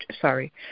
sorry